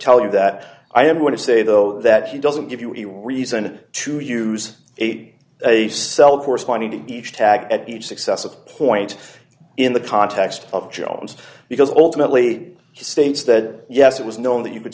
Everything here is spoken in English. tell you that i am going to say though that he doesn't give you any reason to use eight a cell corresponding to each tag at each successive point in the context of jones because ultimately he states that yes it was known that you could